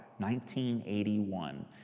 1981